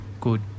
Good